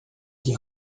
que